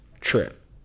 trip